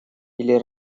или